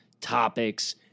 topics